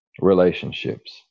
relationships